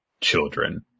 children